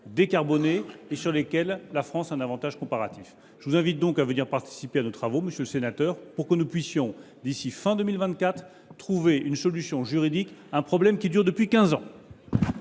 décarbonée et sur laquelle la France a un avantage comparatif. Je vous invite donc à venir participer à nos travaux, monsieur le sénateur, pour que nous puissions trouver d’ici à la fin de l’année 2024 une solution juridique à un problème qui dure depuis quinze